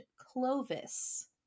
Clovis